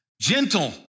gentle